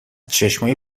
چشمای